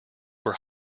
were